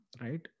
Right